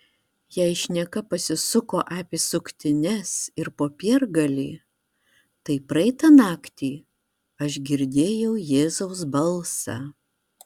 jei šneka pasisuko apie suktines ir popiergalį tai praeitą naktį aš girdėjau jėzaus balsą